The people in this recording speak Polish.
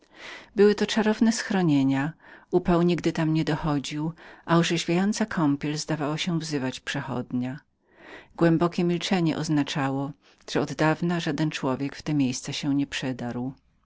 były to czarowne schronienia upał nigdy tam nie dochodził i orzeźwiająca kąpiel zdawała się wzywać przechodnia głębokie milczenie oznaczało że oddawna żaden człowiek w te miejsca się nie przedarł